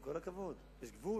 עם כל הכבוד, יש גבול.